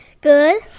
Good